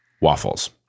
waffles